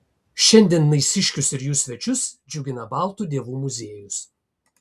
šiandien naisiškius ir jų svečius džiugina baltų dievų muziejus